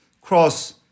cross